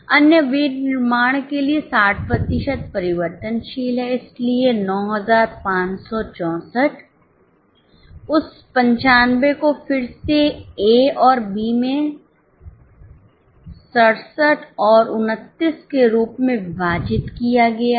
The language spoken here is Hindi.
अन्य विनिर्माण के लिए 60 प्रतिशत परिवर्तनशील है इसलिए 9564 उस 95 को फिर से ए और बी में 67 और 29 के रूप में विभाजित किया गया है